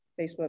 Facebook